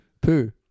poo